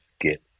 get